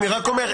אני רק אומר,